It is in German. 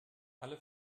alle